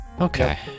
okay